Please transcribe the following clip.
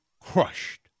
crushed